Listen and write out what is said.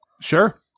Sure